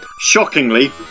Shockingly